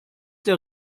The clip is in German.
der